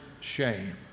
shame